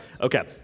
okay